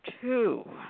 two